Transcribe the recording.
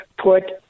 put